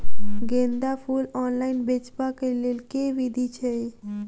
गेंदा फूल ऑनलाइन बेचबाक केँ लेल केँ विधि छैय?